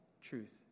truth